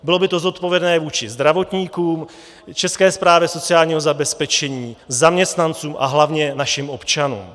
Bylo by to zodpovědné vůči zdravotníkům, České správě sociálního zabezpečení, zaměstnancům a hlavně našim občanům.